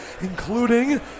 including